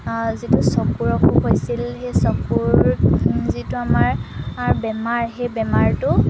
যিটো চকুৰ অসুখ হৈছিল সেই চকুৰ যিটো আমাৰ বেমাৰ সেই বেমাৰটো